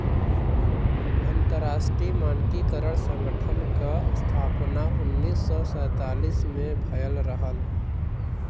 अंतरराष्ट्रीय मानकीकरण संगठन क स्थापना उन्नीस सौ सैंतालीस में भयल रहल